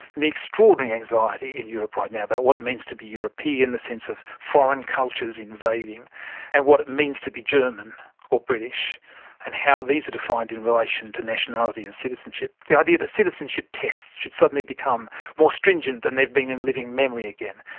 the extraordinary anxiety in europe right now about what it means to be european, the sense of foreign cultures invading and what it means to be german or british and how these are defined in relation to nationality and citizenship. the idea that citizenship tests should suddenly become more stringent than they've been in living memory again.